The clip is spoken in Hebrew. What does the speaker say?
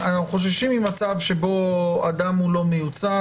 חוששים ממצב שבו אדם לא מיוצג.